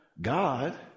God